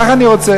ככה אני רוצה.